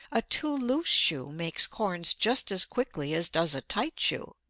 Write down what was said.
a too loose shoe makes corns just as quickly as does a tight shoe,